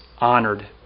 honored